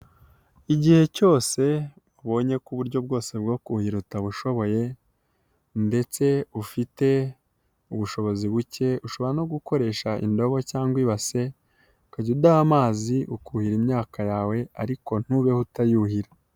Igihe cyose ubonye ko uburyo bwose bwo kuyira utabushoboye ndetse ufite ubushobozi buke ushobora no gukoresha indobo cyangwa ibase ukajya udaha amazi ukuhira imyaka yawe ariko ntubeho utayuhira.